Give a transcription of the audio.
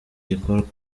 gikorwa